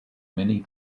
many